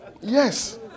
Yes